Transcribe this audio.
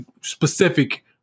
specific